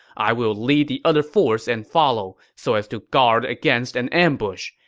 i will lead the other force and follow, so as to guard against an ambush.